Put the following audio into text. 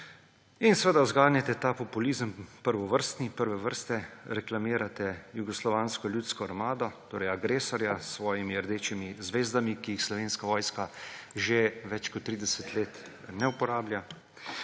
In seveda zganjate ta populizem, prvovrstni, prve vrste. Reklamirate Jugoslovansko ljudsko armado, torej agresorja, s svojimi rdečimi zvezdami, ki jih Slovenska vojska že več kot 30 let ne uporablja.